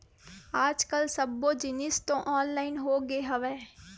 आज कल सब्बो जिनिस तो ऑनलाइन होगे हवय